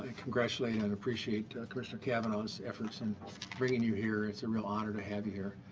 congratulate and and appreciate commissioner cavanaugh's efforts in bringing you here it's a real honor to have you here.